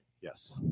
yes